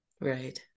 Right